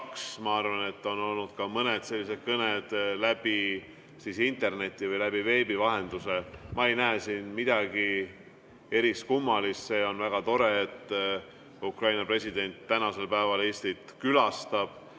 ma arvan, et aastal 2022 olid mõned sellised kõned ka interneti või veebi vahendusel. Ma ei näe siin midagi eriskummalist. See on väga tore, et Ukraina president tänasel päeval Eestit külastab.